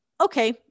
okay